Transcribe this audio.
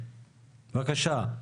בבקשה.